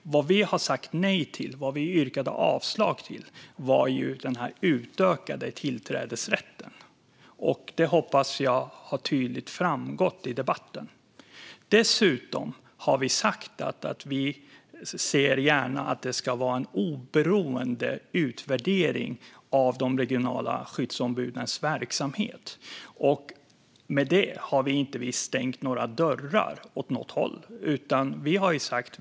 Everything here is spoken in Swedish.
Vad vi har sagt nej till och vad vi yrkat avslag på är den utökade tillträdesrätten. Jag hoppas att det tydligt har framgått i debatten. Vi har dessutom sagt att vi gärna vill se en oberoende utvärdering av de regionala skyddsombudens verksamhet. Vi har inte stängt några dörrar åt något håll i och med det.